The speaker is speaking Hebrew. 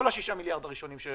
כל ה-6 מיליארד הראשונים שהוצאתם,